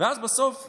ואז בסוף אמרתי: